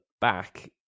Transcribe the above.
back